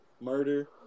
murder